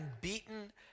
beaten